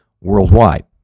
worldwide